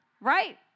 Right